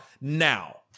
now